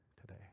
today